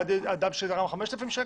ועד אדם שתרם 5,000 שקל?